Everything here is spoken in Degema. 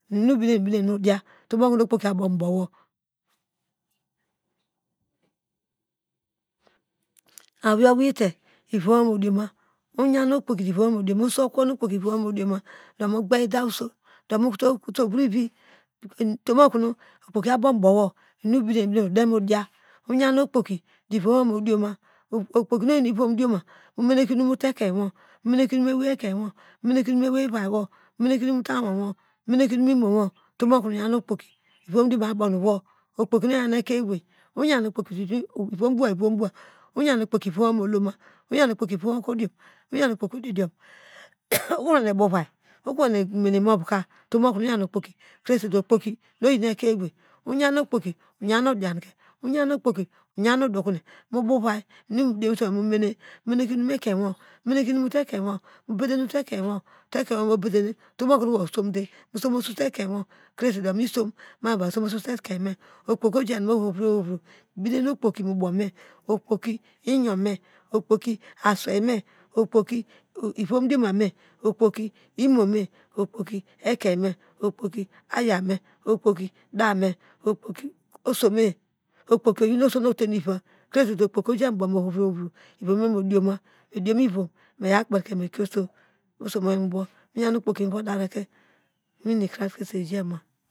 Inunu obine obine tomo kowo okpoki abow bowo aweiye oweite ivomwo modioma domu gbe danu okpoki nu oyi vomdiom oyan okpoki mome neke inum moto ekein wo mu meneke inum mu ewei ouui yo momeneke inum mu utoekeinwo omeneke inum moimowo okpoki noyan oyan okpoki ivom odiom oyan okpoki ivom bow ivom bowa, oyan akpoki odi diom owene bo ovai okrowane mene imo phoka otom okonu oyin okpoki kresedo okpoki ojan no wo oho uro ohoro mibenen okpoki, mobome okpoki iyor me okpoki aswei me okpoki ivomdioma me okpoki imome okpoki ekein me okpok ayame okpok, dame okpoki osome okpoki oyinu oso nu ote nu ivi kresedu okpoki oj am obow me ohovro ohovro ivome modioma mediomo ivom meyowo okperke me kiē oso mu yon ko me obow miyan okpoki miva dareke iwin nekris krese ijama